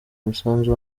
umusanzu